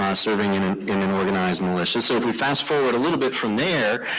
serving in in an organized militia. so if we fast forward a little bit from there,